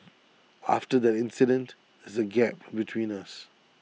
after that incident there's A gap between us